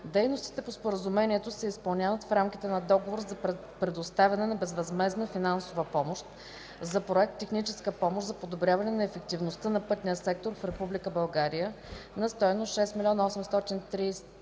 Дейностите по Споразумението се изпълняват в рамките на Договор за предоставяне на безвъзмездна финансова помощ за проект „Техническа помощ за подобряване на ефективността на пътния сектор в Република